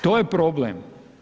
To je problem.